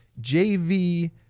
JV